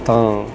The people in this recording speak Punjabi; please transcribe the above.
ਤਾਂ